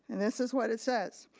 and this is what it says,